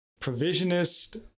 provisionist